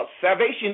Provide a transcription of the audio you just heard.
Salvation